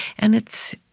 and it's,